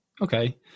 Okay